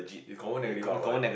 you confirm negative R_O_I